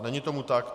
Není tomu tak.